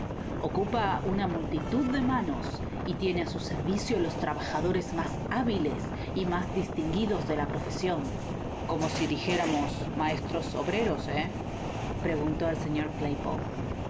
ocupa una multitud de manos y tiene á su servicio los trabajadores mas hábiles y mas distinguidos de la profesion como si dijéramos maestros obreros he preguntó al señor